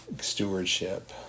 stewardship